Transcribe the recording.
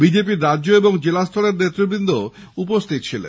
BJP র রাজ্য ও জেলাস্তরের নেবৃন্দ উপস্থিত ছিলেন